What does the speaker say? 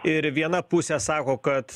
ir viena pusė sako kad